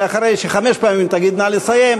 ואחרי שחמש פעמים תגיד "נא לסיים",